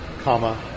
comma